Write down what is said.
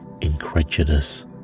incredulous